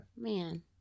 Man